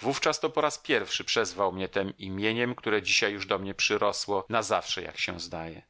wówczas to po raz pierwszy przezwał mnie tem imieniem które dzisiaj już do mnie przyrosło na zawsze jak się zdaje